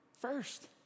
first